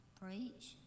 Preach